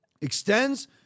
extends